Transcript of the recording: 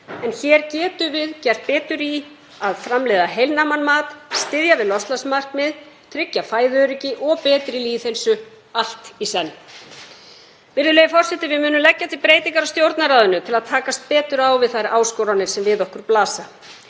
en hér getum við gert betur í að framleiða heilnæman mat, styðja við loftslagsmarkmið og tryggja fæðuöryggi og betri lýðheilsu allt í senn. Virðulegi forseti. Við munum leggja til breytingar á Stjórnarráðinu til að takast betur á við þær áskoranir sem við okkur blasa.